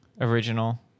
original